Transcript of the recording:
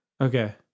Okay